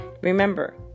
Remember